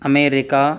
America